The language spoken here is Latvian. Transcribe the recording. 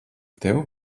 tev